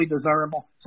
desirable